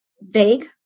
vague